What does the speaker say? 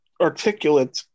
articulate